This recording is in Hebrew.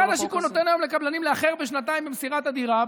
משרד השיכון נותן לקבלנים לאחר בשנתיים במסירת הדירה.